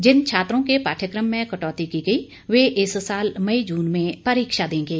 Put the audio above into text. जिन छात्रों केपाठ्यक्रम में कटौती की गई वे इस साल मई जून में परीक्षा देंगे